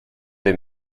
des